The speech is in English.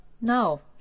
no